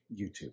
YouTube